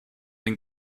den